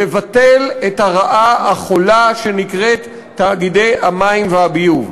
לבטל את הרעה החולה שנקראת תאגידי המים והביוב.